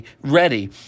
ready